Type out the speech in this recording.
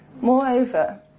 Moreover